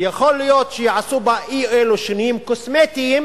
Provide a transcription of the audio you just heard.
ויכול להיות שיעשו בה אי-אלו שינויים קוסמטיים,